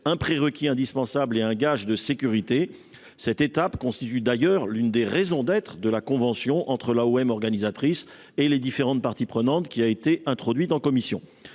un prérequis indispensable et un gage de sécurité. Cette étape constitue d’ailleurs l’une des raisons d’être de la convention signée entre l’AOM et les différentes parties prenantes introduite en commission.